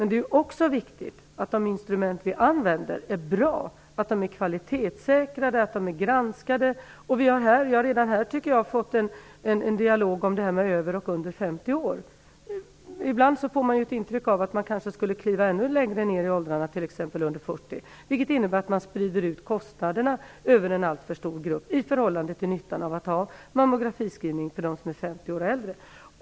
Det är också viktigt att de instrument som vi använder är bra, att de är kvalitetssäkrade och granskade. Vi har redan här fått en dialog om detta med över och under 50 år. Ibland får man ett intryck av att man kanske skulle behöva kliva ännu längre ner i åldrarna. t.ex. under 40. Det skulle innebära att man sprider ut kostnaderna över en alltför stor grupp i förhållande till nyttan av mammografiscreening för dem som är 50 år och äldre.